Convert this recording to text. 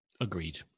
Agreed